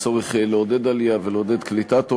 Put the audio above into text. עם הצורך לעודד עלייה ולעודד קליטת עולים.